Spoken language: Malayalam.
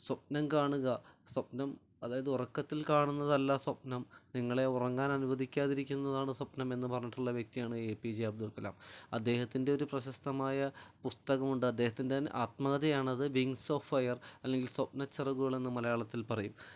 സ്വപ്നം കാണുക സ്വപ്നം അതായത് ഉറക്കത്തിൽ കാണുന്നതല്ല സ്വപ്നം നിങ്ങളെ ഉറങ്ങാന് അനുവദിക്കാതിരിക്കുന്നതാണ് സ്വപ്നം എന്ന് പറഞ്ഞിട്ടുള്ള വ്യക്തിയാണ് A P J Abdul Kalam അദ്ദേഹത്തിൻ്റെ ഒരു പ്രശസ്തമായ പുസ്തകമുണ്ട് അദ്ദേഹത്തിൻ്റെ തന്നെ ആത്മകഥയാണത് വിങ്സ് ഓഫ് ഫയർ അല്ലെങ്കിൽ സ്വപ്ന ചിറകുകൾ എന്ന് മലയാളത്തിൽ പറയും